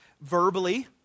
verbally